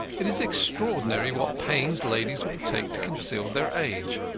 it is extraordinary what pains ladies will take to conceal their age.